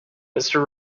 mister